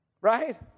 right